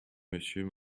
monsieur